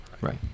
Right